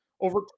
over